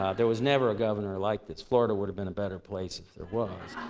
there was never governor like this, florida would have been a better place if there was.